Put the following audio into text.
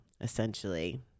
essentially